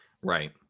Right